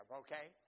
okay